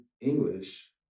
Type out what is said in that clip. English